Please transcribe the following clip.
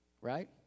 right